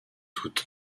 tout